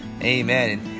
Amen